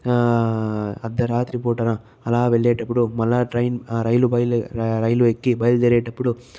అర్ధరాత్రి పూటన అలా వెళ్ళేటప్పుడు మళ్ళా ట్రైన్ రైలు బయలు రైలు ఎక్కి బయలుదేరేటప్పుడు